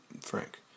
Frank